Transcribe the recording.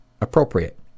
appropriate